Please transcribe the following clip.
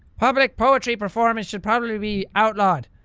public poetry performance should probably be outlawed.